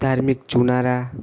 ધાર્મિક ચુનારા